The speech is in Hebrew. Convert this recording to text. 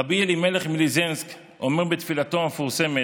רבי אלימלך מליז'נסק אומר בתפילתו המפורסמת: